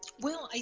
well i,